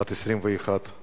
בת 21 נהרגה,